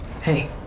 Hey